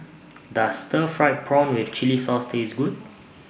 Does Stir Fried Prawn with Chili Sauce Taste Good